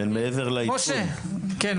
בסדר.